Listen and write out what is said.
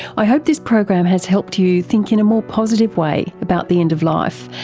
i hope this program has helped you think in a more positive way about the end of life,